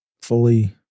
fully